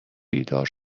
بیدار